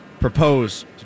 propose